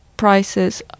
prices